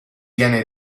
viene